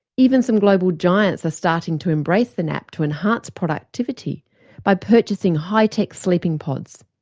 even some global giants are starting to embrace the nap to enhance productivity by purchasing high tech sleeping pods.